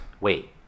wait